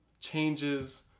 Changes